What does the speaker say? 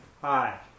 hi